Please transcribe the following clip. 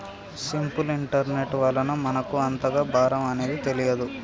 simple interest వలన మనకు అంతగా భారం అనేది తెలియదు